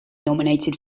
nominated